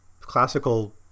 classical